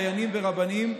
דיינים ורבנים,